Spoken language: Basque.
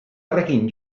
horrekin